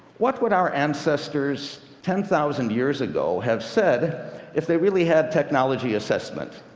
what would our ancestors ten thousand years ago have said if they really had technology assessment?